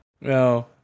no